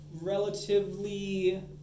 Relatively